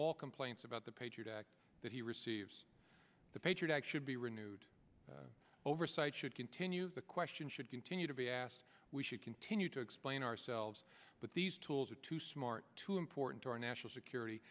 all complaints about the patriot act that he receives the patriot act should be renewed oversight should continue the question should continue to be asked we should continue to explain ourselves but these tools are too smart too important to our national security